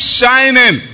shining